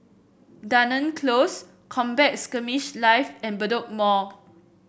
Dunearn Close Combat Skirmish Live and Bedok Mall